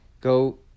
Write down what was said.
Go